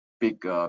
big